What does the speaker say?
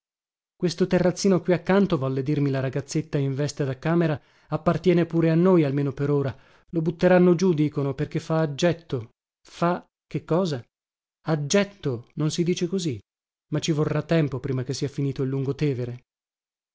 questo terrazzino qui accanto volle dirmi la ragazzetta in veste da camera appartiene pure a noi almeno per ora lo butteranno giù dicono perché fa aggetto fa che cosa aggetto non si dice così ma ci vorrà tempo prima che sia finito il